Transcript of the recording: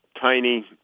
tiny